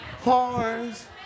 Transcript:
horns